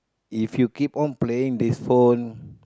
if you keep on playing this phone